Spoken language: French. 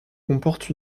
comportent